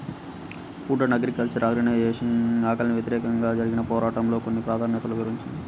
food and agriculture organisation ఆకలికి వ్యతిరేకంగా జరిగిన పోరాటంలో కొన్ని ప్రాధాన్యతలను వివరించింది